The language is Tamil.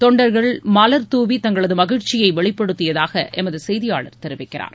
தொண்டர்கள் மலர் தூவி தங்களது மகிழ்ச்சியை வெளிப்படுத்தியதாக எமது செய்தியாளர் தெரிவிக்கிறார்